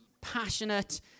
passionate